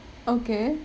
okay